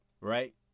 right